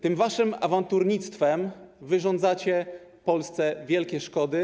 Tym waszym awanturnictwem wyrządzacie Polsce wielkie szkody.